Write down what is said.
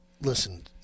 listen